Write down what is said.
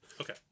Okay